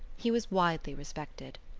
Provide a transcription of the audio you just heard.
he was widely respected.